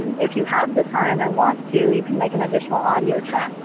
if you have the time and want to, you can make an additional audio track,